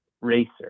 racer